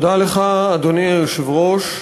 תודה לך, אדוני היושב-ראש.